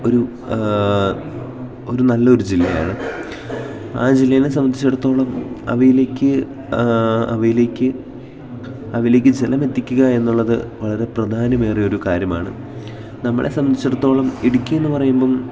ഒരു ഒരു നല്ലൊരു ജില്ലയാണ് ആ ജില്ലേനെ സംബന്ധിച്ചിടത്തോളം അവയിലേക്ക് അവയിലേക്ക് അവയിലേക്കു ജലം എത്തിക്കുക എന്നുള്ളതു വളരെ പ്രധാനമേറിയൊരു കാര്യമാണ് നമ്മളെ സംബന്ധിച്ചിടത്തോളം ഇടുക്കി എന്നു പറയുമ്പോള്